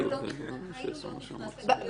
היילו לא נכנס לגיליוטינה.